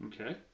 okay